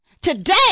today